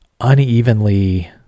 unevenly